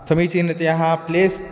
समीचीनतया प्लेस्